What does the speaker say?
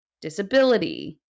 disability